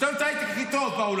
יש לנו את ההייטק הכי טוב בעולם.